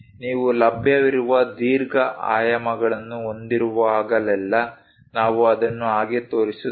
ನೀವು ಲಭ್ಯವಿರುವ ದೀರ್ಘ ಆಯಾಮಗಳನ್ನು ಹೊಂದಿರುವಾಗಲೆಲ್ಲಾ ನಾವು ಅದನ್ನು ಹಾಗೆ ತೋರಿಸುತ್ತೇವೆ